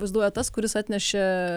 vaizduoja tas kuris atnešė